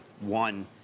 one